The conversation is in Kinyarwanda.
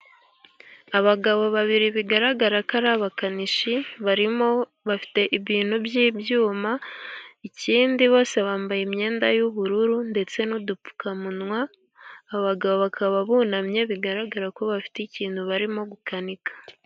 Abagabo babiri bigaragara ko ari abakanishi ,barimo bafite ibintu by'ibyuma, ikindi bose bambaye imyenda y'ubururu ndetse n'udupfukamunwa, abagabo bakaba bunamye bigaragara ko bafite ikintu barimo gukanika.